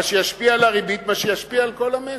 מה שישפיע על הריבית, מה שישפיע על כל המשק,